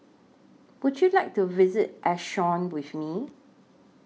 Would YOU like to visit Asuncion with Me